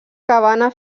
cabana